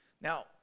Now